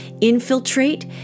infiltrate